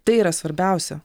tai yra svarbiausia